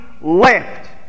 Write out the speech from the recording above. left